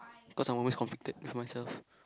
cause I'm always conflicted with myself